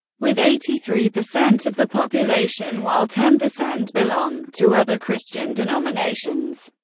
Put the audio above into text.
with eighty three percent of the population, while ten percent belong to other christian denominations,